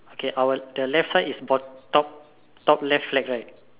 okay our the left side is bot~ top top left flag right